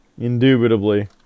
Indubitably